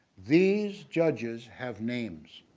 these judges have names.